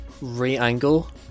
re-angle